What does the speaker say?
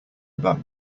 about